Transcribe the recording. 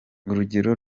urugero